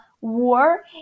war